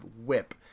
whip